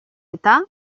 eta